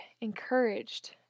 encouraged